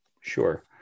sure